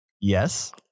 Yes